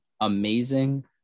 amazing